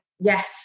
yes